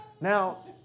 Now